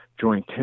joint